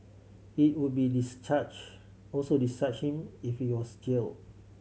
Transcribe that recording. it would be discharge also discharge him if he was jail